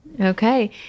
okay